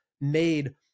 made